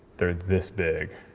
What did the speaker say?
they're this big.